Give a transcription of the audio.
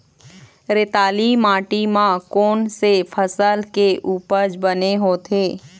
रेतीली माटी म कोन से फसल के उपज बने होथे?